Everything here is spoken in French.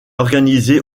organisé